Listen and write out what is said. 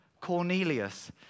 Cornelius